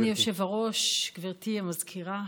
אדוני היושב-ראש, גברתי המזכירה,